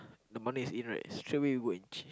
the money is in right straight away we go and change